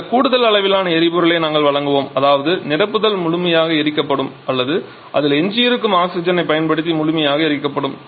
சில கூடுதல் அளவிலான எரிபொருளை நாங்கள் வழங்குவோம் அதாவது நிரப்புதல் முழுமையாக எரிக்கப்படும் அல்லது அதில் எஞ்சியிருக்கும் ஆக்ஸிஜனைப் பயன்படுத்தி முழுமையாக எரிக்கப்படும்